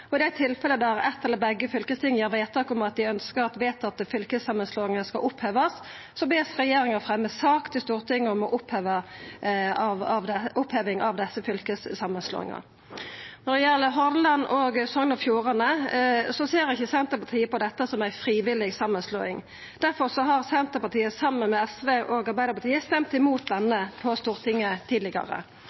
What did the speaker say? vedtatte fylkessammenslåinger skal oppheves, bes regjeringen fremme sak til Stortinget om oppheving av disse fylkessammenslåingene.» Når det gjeld Hordaland og Sogn og Fjordane, ser ikkje Senterpartiet på dette som ei frivillig samanslåing. Difor har Senterpartiet, saman med SV og Arbeidarpartiet, stemt imot denne på Stortinget